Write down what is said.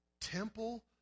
temple